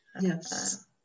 Yes